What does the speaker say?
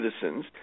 citizens